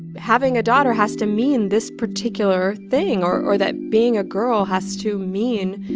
having a daughter has to mean this particular thing or or that being a girl has to mean